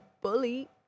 Bully